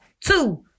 Two